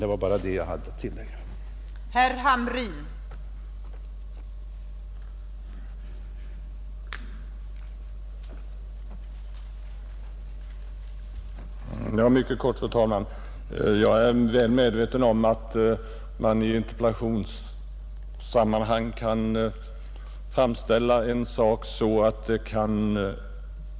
Det var bara detta jag hade ningen i Småland att tillägga. och Blekinge